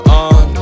on